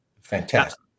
Fantastic